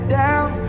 down